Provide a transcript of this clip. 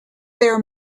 their